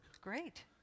Great